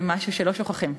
זה משהו שלא שוכחים,